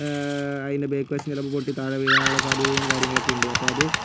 അതിൻ്റെ ബാക്കുവശം ചിലപ്പോൾ പൊട്ടിത്താഴെ വീഴാനുള്ള സാധ്യതയും കാര്യങ്ങളൊക്കെയുണ്ട് അപ്പോൾ അത്